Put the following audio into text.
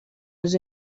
les